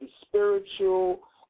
spiritual